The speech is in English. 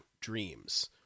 dreams